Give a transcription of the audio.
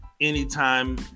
Anytime